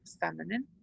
feminine